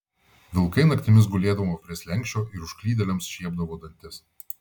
vilkai naktimis gulėdavo prie slenksčio ir užklydėliams šiepdavo dantis